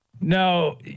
no